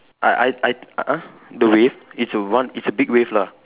I I I uh uh the wave it's a one it's a big wave lah